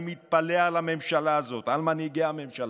אני מתפלא על הממשלה הזאת, על מנהיגי הממשלה.